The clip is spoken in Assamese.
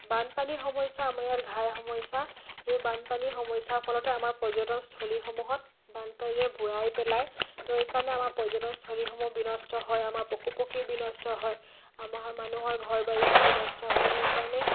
বানপানী সমস্যা আমাৰ ইয়াত ঘাই সমস্যা এই বানপানী সমস্যাৰ ফলতে আমাৰ পৰ্যটনস্থলীসমূহত বানপানীৰে বুৰাই পেলায় তো এইকাৰণে আমাৰ পৰ্যটনস্থলীসমূহ বিনষ্ট হয় আমাৰ পশুপক্ষী বিনষ্ট হয় আমাৰ মানুহৰ ঘৰবাৰী বিনষ্ট হয় সেইকাৰণে